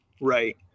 Right